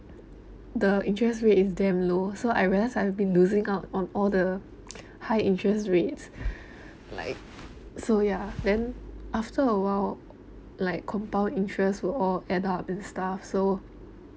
the interest rate is damn low so I realised I have been losing out on all the high interest rates like so ya then after a while like compound interest will all add up and stuff so